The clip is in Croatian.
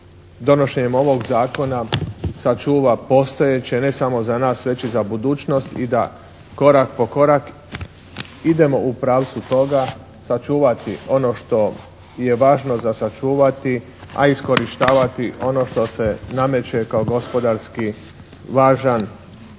donošenjem ovog zakona sačuva postojeće ne samo za nas već i za budućnost i da korak po korak idemo u pravcu toga sačuvati ono što je važno za sačuvati, a iskorištavati ono što se nameće kao gospodarski važan